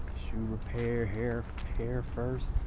shoe repair, hair hair first.